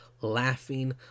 laughing